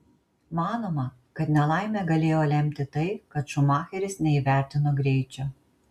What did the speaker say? manoma kad nelaimę galėjo lemti tai kad šumacheris neįvertino greičio